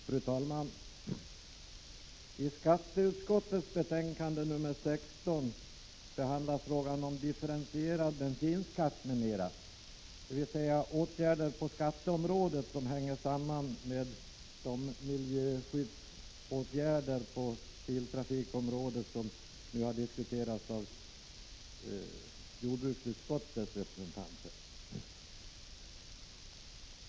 Fru talman! I skatteutskottets betänkande nr 16 behandlas frågan om differentierad bensinskatt m.m., dvs. åtgärder på skatteområdet som hänger samman med de miljöskyddsåtgärder på biltrafikområdet som nyss har behandlats av representanter för jordbruksutskottet.